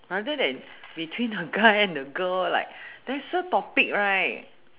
rather than between a guy and a girl like lesser topics right